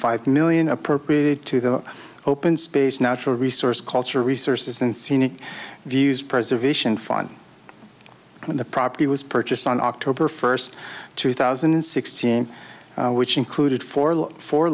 five million appropriated to the open space natural resource culture resources and seanie views preservation fun when the property was purchased on october first two thousand and sixteen which included four